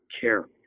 care